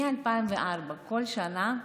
מ-2004 כל שנה,